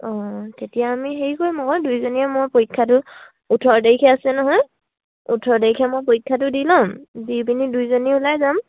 অঁ তেতিয়া আমি হেৰি কৰিম আকৌ দুইজনীয়ে মোৰ পৰীক্ষাটো ওঠৰ তাৰিখে আছে নহয় ওঠৰ তাৰিখে মই পৰীক্ষাটো দি ল'ম দি পিনি দুইজনী ওলাই যাম